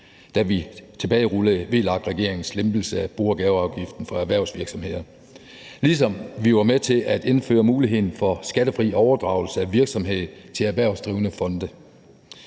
da vi tilbagerullede VLAK-regeringens lempelse af bo- og gaveafgiften for erhvervsvirksomheder, ligesom vi var med til at indføre muligheden for skattefri overdragelse af virksomhed til erhvervsdrivende fonde.